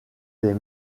des